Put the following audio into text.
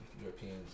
Europeans